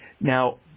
now